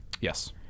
Yes